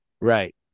Right